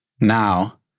Now